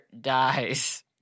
dies